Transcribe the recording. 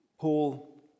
Paul